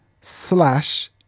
slash